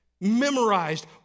memorized